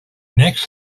next